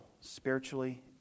spiritually